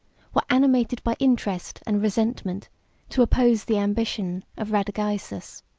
were animated by interest and resentment to oppose the ambition of radagaisus.